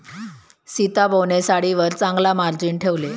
सीताबोने साडीवर चांगला मार्जिन ठेवले